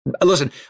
Listen